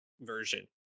version